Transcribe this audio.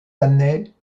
années